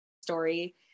story